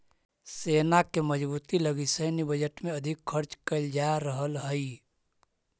सेना के मजबूती लगी सैन्य बजट में अधिक खर्च कैल जा रहल हई